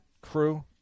crew